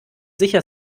hier